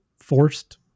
forced